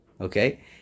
Okay